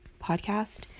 podcast